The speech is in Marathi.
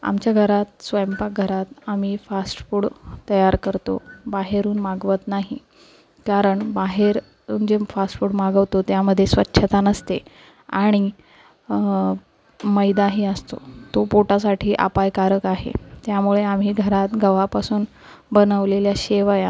आमच्या घरात स्वयंपाकघरात आम्ही फास्ट फुड तयार करतो बाहेरून मागवत नाही कारण बाहेर जे म् फास्ट फुड मागवतो त्यामध्ये स्वच्छता नसते आणि मैदाही असतो तो पोटासाठी अपायकारक आहे त्यामुळे आम्ही घरात गव्हापासून बनवलेल्या शेवया